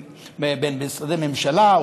במשרדי הממשלה,